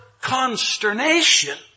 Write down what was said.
consternation